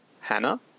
Hannah